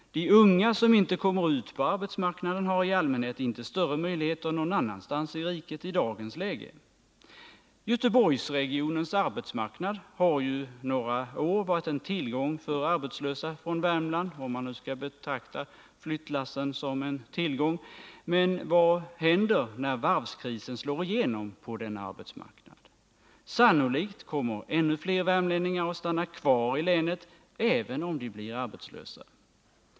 De unga som inte kommer ut på arbetsmarknaden har i allmänhet inte större möjligheter någon annanstans i riket i dagens läge. Göteborgsregionens arbetsmarknad har ju några år varit en tillgång för arbetslösa från Värmland, om man nu skall betrakta flyttlassen som en tillgång. Men vad händer när varvskrisen slår igenom på denna arbetsmarknad? Sannolikt kommer ännu fler värmlänningar att stanna kvar i länet, även om de blir arbetslösa.